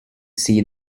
see